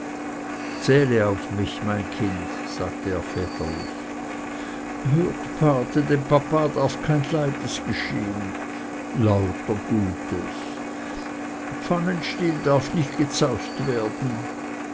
zähle auf mich mein kind sagte er väterlich hört pate dem papa darf kein leides geschehen lauter gutes pfannenstiel darf nicht gezaust werden